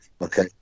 okay